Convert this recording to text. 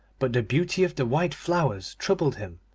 but the beauty of the white flowers troubled him,